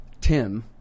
Tim